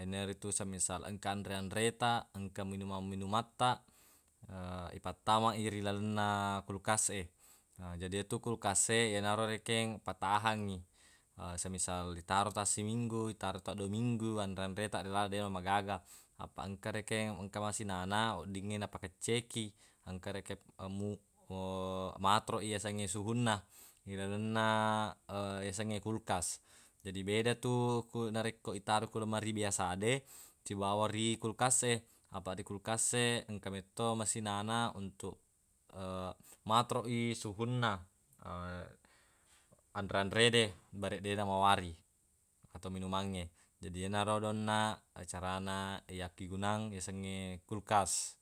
yenaritu semisal engka anre-anre taq engka minumang-minumattaq ipattama i rilalenna kulkas e na jadi yetu kulkas e enaro rekeng patahangngi semisal itaro tassiminggu itaroi taddua minggu anre-anre taq rilaleng deq magaga apaq engka rekeng engka masinana oddingnge napakecceki engka rekeng mu- matoroq i yasengnge suhunna ilalenna yasengnge kulkas jadi beda tu ku narekko itaro ku lemari biasa de sibawa ri kulkas e apaq ri kulkas e engka metto masinana untuq matoroq i suhunna anre-anre de bareq deq namawari atau minumangnge jadi yenarodo onnaq carana yakkegunang yasengnge kulkas